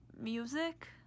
music